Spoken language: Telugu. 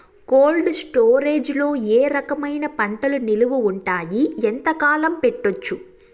కోల్డ్ స్టోరేజ్ లో ఏ రకమైన పంటలు నిలువ ఉంటాయి, ఎంతకాలం పెట్టొచ్చు?